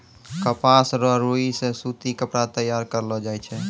कपास रो रुई से सूती कपड़ा तैयार करलो जाय छै